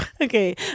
Okay